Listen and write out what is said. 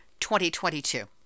2022